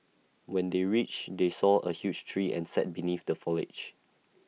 when they reached they saw A huge tree and sat beneath the foliage